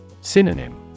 Synonym